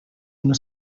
una